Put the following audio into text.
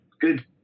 good